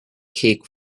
cake